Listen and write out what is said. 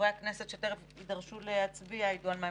כשאנשים שם וזה קרה לפני שבאתי לשמעון הצדיק,